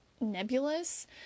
nebulous